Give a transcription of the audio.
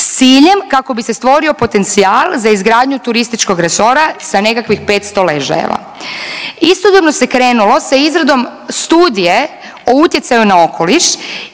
s ciljem kako bi se stvorio potencijal za izgradnju turističkog resora sa nekakvih 500 ležajeva. Istodobno se krenulo sa izradom Studije o utjecaju na okoliš